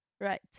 right